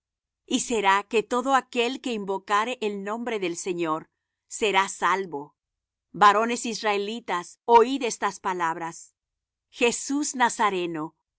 y será que todo aquel que invocare el nombre del señor será salvo varones israelitas oid estas palabras jesús nazareno